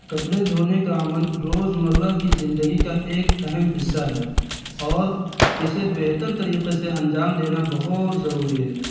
کپڑے دھونے کا عمل روز مرہ کی زندگی کا ایک اہم حصہ ہے اور اسے بہتر طریقے سے انجام دینا بہت ضروری ہے